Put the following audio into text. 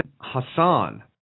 Hassan